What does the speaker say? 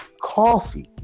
coffee